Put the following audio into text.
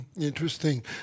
Interesting